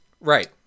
Right